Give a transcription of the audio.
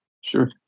Sure